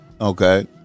Okay